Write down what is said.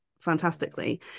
fantastically